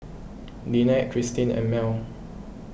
Lynette Christine and Mell